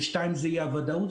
ושתיים זה אי-הוודאות.